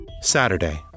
Saturday